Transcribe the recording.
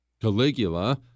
Caligula